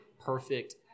perfect